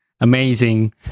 amazing